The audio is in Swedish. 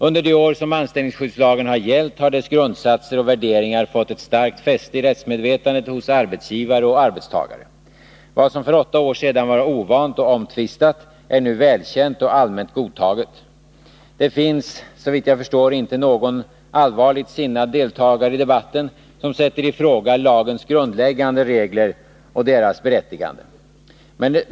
Under de år som anställningsskyddslagen har gällt har dess grundsatser och värderingar fått ett starkt fäste i rättsmedvetandet hos arbetsgivare och arbetstagare. Vad som för åtta år sedan var ovant och omtvistat är nu välkänt och allmänt godtaget. Det finns, såvitt jag förstår, inte någon allvarligt sinnad deltagare i debatten som sätter i fråga lagens grundläggande regler och deras berättigande.